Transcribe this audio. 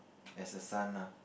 as a son lah